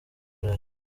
burayi